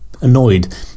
annoyed